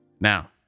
Now